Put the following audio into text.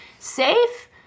Safe